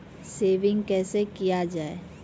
Saving कैसै किया जाय?